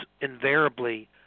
invariably